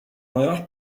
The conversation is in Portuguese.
maior